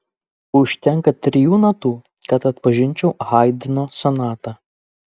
užtenka trijų natų kad atpažinčiau haidno sonatą